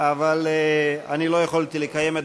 אבל אני לא יכולתי לקיים את